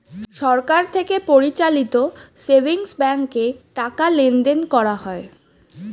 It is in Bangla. সরকার থেকে পরিচালিত সেভিংস ব্যাঙ্কে টাকা লেনদেন করা হয়